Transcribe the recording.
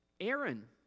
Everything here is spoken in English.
Aaron